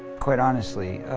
quiet honestly.